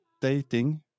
dating